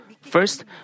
First